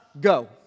Go